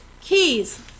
keys